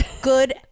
good